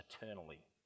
eternally